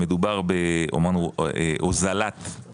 מדובר בהוזלת המימון,